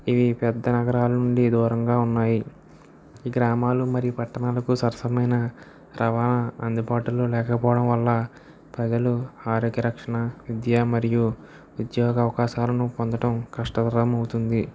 ఇవి పెద్ద నగరాలనుండి దూరంగా ఉన్నాయి ఈ గ్రామాలకు మరియు పట్టణాలకు సరసమైన రవాణా అందుబాటులో లేకపోవడం వల్ల ప్రజలు ఆరోగ్య రక్షణ విద్యా మరియు ఉద్యోగ అవకాశాలను పొందడం కష్టతరమవుతుంది